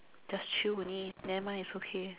just chill only nevermind it's okay